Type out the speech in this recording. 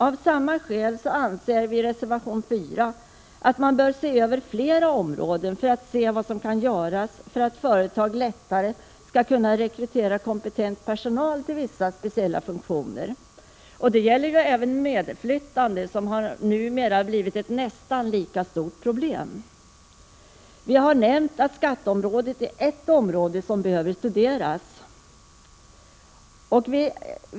Av samma skäl anser vi — det framför vi i reservation 4— att man bör se över flera områden för att se vad som kan göras för att företag lättare skall kunna rekrytera kompetent personal till vissa speciella funktioner — det gäller även medflyttande, som numera blivit ett nästan lika stort problem. Vi har här nämnt att skatteområdet är ett område som bör studeras.